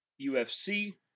UFC